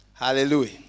Hallelujah